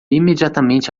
imediatamente